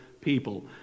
people